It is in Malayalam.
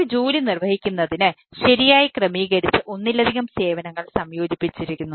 ഒരു ജോലി നിർവ്വഹിക്കുന്നതിന് ശരിയായി ക്രമീകരിച്ച ഒന്നിലധികം സേവനങ്ങൾ സംയോജിപ്പിച്ചിരിക്കുന്നു